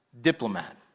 diplomat